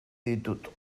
ditut